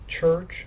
church